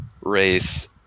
race